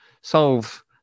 solve